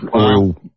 oil